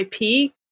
IP